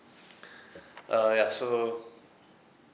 uh ya so